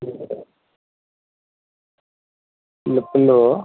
hello